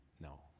no